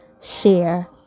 share